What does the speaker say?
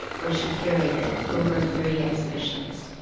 where she curated over thirty exhibitions.